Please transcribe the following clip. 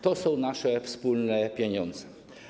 To są nasze wspólne pieniądze.